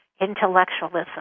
intellectualism